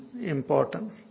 important